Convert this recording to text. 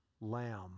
lamb